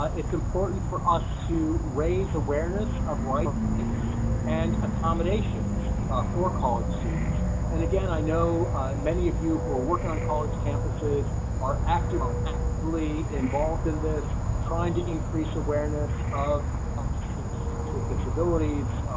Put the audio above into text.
but it's important for us to raise awareness of right and accommodation for college students and again, i know many of you who are working on college campuses? are active are actively involved in this trying to increase awareness of things with disabilities,